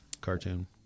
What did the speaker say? cartoon